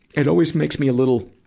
it always makes me a little,